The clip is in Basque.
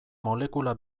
molekula